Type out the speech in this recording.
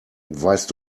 weißt